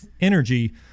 energy